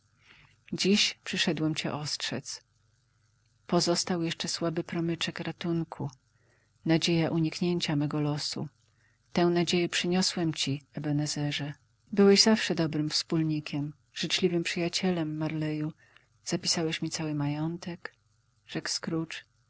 dziś przyszedłem cię ostrzedz pozostał jeszcze słaby promyczek ratunku nadzieja uniknięcia mego losu tę nadzieję przyniosłem ci ebenezerze byłeś zawsze dobrym wspólnikiem życzliwym przyjacielem marley'u zapisałeś mi cały majątek